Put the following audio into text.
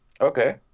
Okay